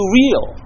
real